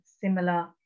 similar